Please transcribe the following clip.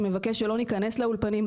שמבקש שלא נכנס לאולפנים,